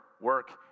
work